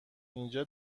اینجا